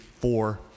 four